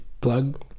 plug